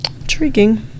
Intriguing